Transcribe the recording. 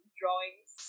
drawings